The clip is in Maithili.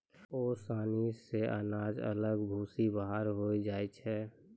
ओसानी से अनाज अलग भूसी बाहर होय जाय छै